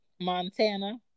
Montana